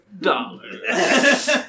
dollars